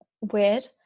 Weird